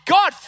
God